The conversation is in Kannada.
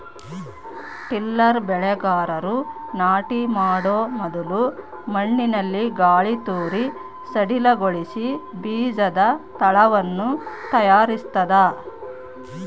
ಟಿಲ್ಲರ್ ಬೆಳೆಗಾರರು ನಾಟಿ ಮಾಡೊ ಮೊದಲು ಮಣ್ಣಿನಲ್ಲಿ ಗಾಳಿತೂರಿ ಸಡಿಲಗೊಳಿಸಿ ಬೀಜದ ತಳವನ್ನು ತಯಾರಿಸ್ತದ